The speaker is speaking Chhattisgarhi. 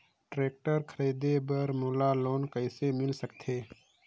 टेक्टर खरीदे बर मोला लोन कइसे मिल सकथे?